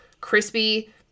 crispy